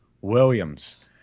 Williams